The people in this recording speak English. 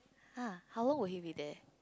[huh] how long will he be there